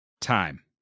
time